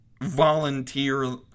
volunteer